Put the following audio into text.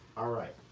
all right.